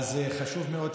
באמת,